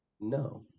No